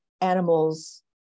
animals